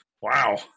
Wow